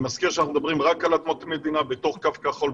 אני מזכיר שאנחנו מדברים רק על אדמות מדינה בתוך קו כחול,